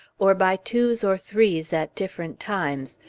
or by twos or threes at different times,